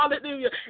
hallelujah